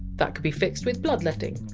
that could be fixed with blood-letting.